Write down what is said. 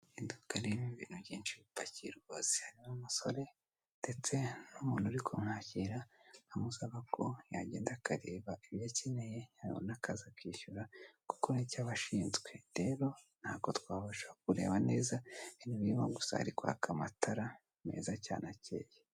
Iduka ririmo ibintu byinshi bipakiye rwose. Hari n'umusore ndetse n'umuntu uri kumwakira amusaba ko yagenda akareba ibyo akeneye, yabibona akaza akishyura kuko ni cyo aba ashinzwe. Rero ntabwo twabasha kureba neza ibirimo gusa hari kwaka amatara meza cyane akeye.